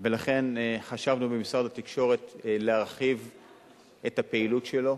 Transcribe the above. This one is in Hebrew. ולכן חשבנו במשרד התקשורת להרחיב את הפעילות שלו.